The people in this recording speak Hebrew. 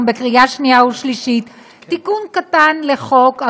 בקריאה שנייה ושלישית תיקון קטן לחוק,